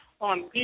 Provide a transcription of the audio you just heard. on